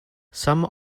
some